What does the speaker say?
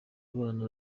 abana